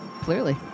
clearly